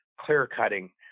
clear-cutting